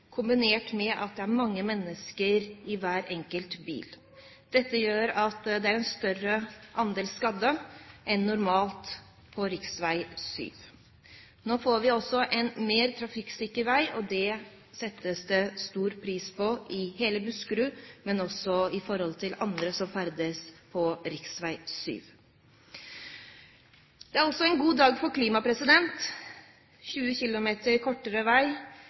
kombinert med at det er mange mennesker i hver enkelt bil. Dette gjør at det er en større andel skadde enn normalt på rv. 7. Nå får vi altså en mer trafikksikker vei, og det settes det stor pris på i hele Buskerud, men også av andre som ferdes på rv. Det er også en god dag for klimaet. 20 km kortere vei